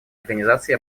организации